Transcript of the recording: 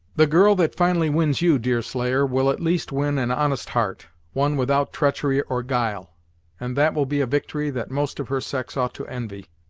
the girl that finally wins you, deerslayer, will at least win an honest heart one without treachery or guile and that will be a victory that most of her sex ought to envy.